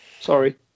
Sorry